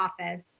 office